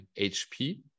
HP